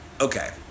Okay